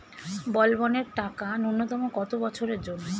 বলবনের টাকা ন্যূনতম কত বছরের জন্য?